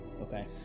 Okay